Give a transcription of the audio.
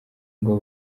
ngo